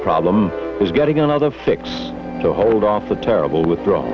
problem is getting another fix to hold up the terrible withdraw